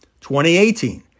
2018